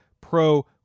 pro